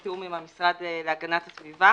בתיאום עם המשרד להגנת הסביבה.